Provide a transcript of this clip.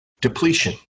depletion